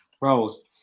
roles